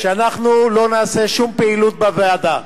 שאנחנו לא נעשה שום פעילות בוועדה,